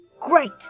Great